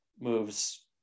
moves